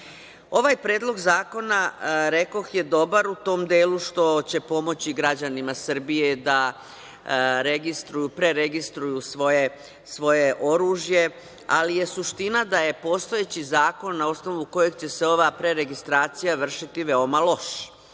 predlog zakona, rekoh, je dobar u tom delu što će pomoći građanima Srbije da preregistruju svoje oružje, ali je suština da je postojeći zakon na osnovu kojeg će se ova preregistracija vršiti veoma loš